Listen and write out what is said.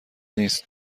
نیست